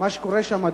מה שקורה שם,